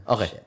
Okay